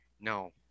no